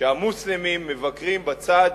שהמוסלמים מבקרים בצד